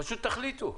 פשוט תחליטו.